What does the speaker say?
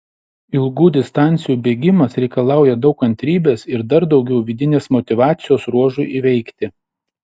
ilgų distancijų bėgimas reikalauja daug kantrybės ir dar daugiau vidinės motyvacijos ruožui įveikti